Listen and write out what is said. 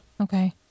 Okay